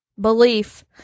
belief